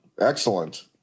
Excellent